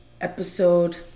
episode